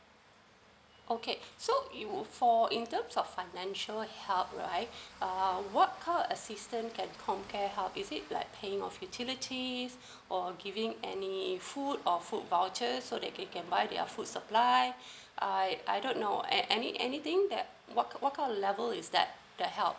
okay so you for in terms of financial help right uh what are assistant that comcare how is it like paying of utilities or giving any food or food voucher so that they can buy their food supply I I don't know any anything that what what A level is that that help